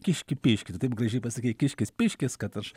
kiški piški tu taip gražiai pasakei kiškis piškis kad aš